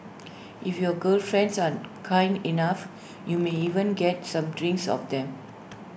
if your girl friends are kind enough you may even get some drinks off them